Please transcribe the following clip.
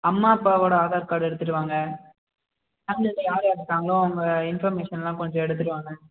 அம்மா அப்பாவோட ஆதார் கார்ட் எடுத்துகிட்டு வாங்க ஃபேம்லியில யார் யார் இருக்காங்களோ அவங்க இன்ஃபர்மேஷன் எல்லாம் கொஞ்சம் எடுத்துகிட்டு வாங்க